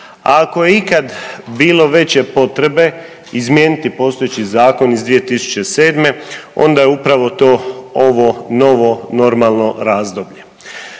Ako je ikad bilo veće potrebe izmijeniti postojeći zakon iz 2007. onda je upravo to ovo novo normalno razdoblje.